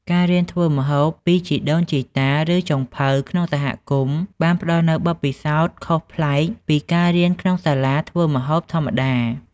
ការរៀនធ្វើម្ហូបពីជីដូនជីតា ឬចុងភៅក្នុងសហគមន៍បានផ្តល់នូវបទពិសោធន៍ខុសប្លែកពីការរៀនក្នុងសាលាធ្វើម្ហូបធម្មតាៗ។